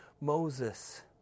Moses